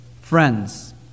friends